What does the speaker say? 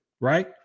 right